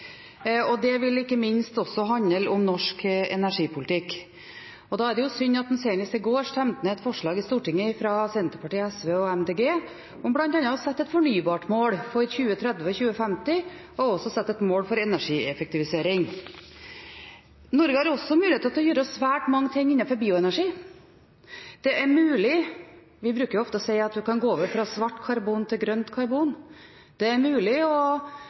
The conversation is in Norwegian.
og den vil ikke minst handle om norsk energipolitikk. Da er det jo synd at en senest i går stemte ned et forslag i Stortinget fra Senterpartiet, SV og Miljøpartiet De Grønne om bl.a. å sette et fornybarmål for 2030–2050 og også sette et mål for energieffektivisering. Norge har også mulighet til å gjøre svært mange ting innenfor bioenergi. Det er mulig – vi bruker ofte å si at en kan gå over fra svart karbon til grønt karbon – å erstatte kull med biokull. Det er mulig